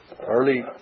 early